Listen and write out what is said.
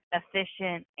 efficient